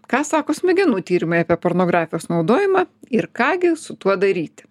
ką sako smegenų tyrimai apie pornografijos naudojimą ir ką gi su tuo daryti